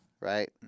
right